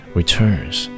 returns